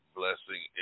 blessing